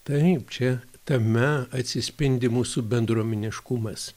taip čia tame atsispindi mūsų bendruomeniškumas